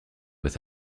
with